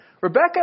Rebecca